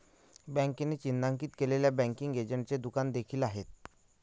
बँकेने चिन्हांकित केलेले बँकिंग एजंटचे दुकान देखील आहे